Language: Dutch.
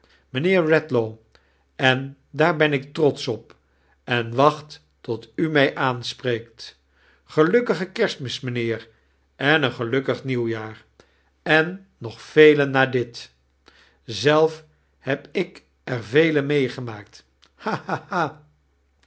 mijnheer redlaw en daar ben ik trotsch op en wacht tot u mij aanspreekt gelukkige kerstmis mijnheer en een gelukkig nieuwjaar en nog vele na dit zelf heb ik er vele meegemaakt ha